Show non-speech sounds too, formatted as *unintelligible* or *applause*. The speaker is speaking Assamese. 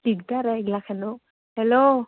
*unintelligible* হেল্ল'